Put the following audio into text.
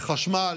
בחשמל,